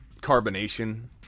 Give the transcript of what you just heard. carbonation